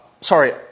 Sorry